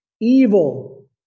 evil